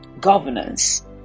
governance